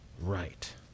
right